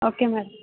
okay madam